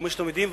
כמו שאתם יודעים,